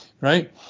right